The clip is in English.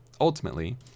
ultimately